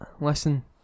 listen